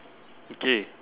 okay